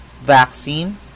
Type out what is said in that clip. vaccine